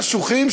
חשוכים,